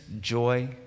joy